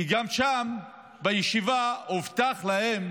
כי גם שם בישיבה הובטח להם,